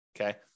okay